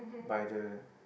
by the